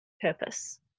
purpose